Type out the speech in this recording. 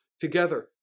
together